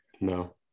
No